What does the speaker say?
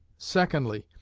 secondly,